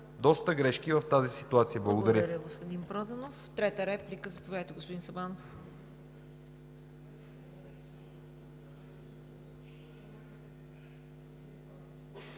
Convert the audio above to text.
доста грешки в тази ситуация. Благодаря.